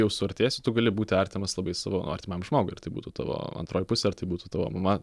jau suartėsi tu gali būti artimas labai savo artimam žmogui ar tai būtų tavo antroji pusė ar tai būtų tavo mama